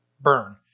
burn